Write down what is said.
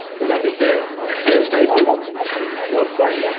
would that be fair? a fair statement? not not saying yeah